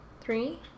three